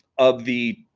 of the